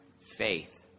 faith